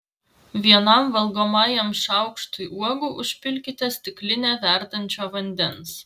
vienam valgomajam šaukštui uogų užpilkite stiklinę verdančio vandens